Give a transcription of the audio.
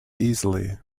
easily